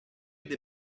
des